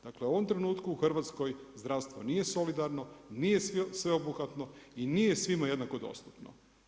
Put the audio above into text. Dakle, u ovom trenutku u Hrvatskoj zdravstvo nije solidarno, nije sveobuhvatno i nije svima jednako dostupno.